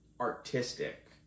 artistic